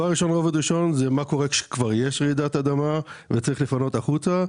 הרובד הראשון זה מה קורה כשיש רעידת אדמה וצריך לפנות החוצה,